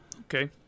Okay